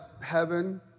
heaven